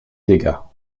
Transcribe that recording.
dégât